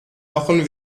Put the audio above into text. wochen